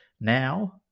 Now